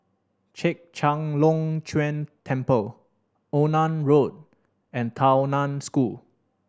Chek Chai Long Chuen Temple Onan Road and Tao Nan School